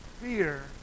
fear